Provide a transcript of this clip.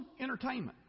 entertainment